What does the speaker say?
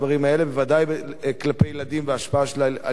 בוודאי כלפי ילדים וההשפעה שלהן על ילדים.